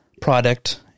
product